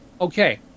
okay